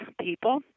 people